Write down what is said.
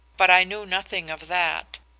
but i knew nothing of that,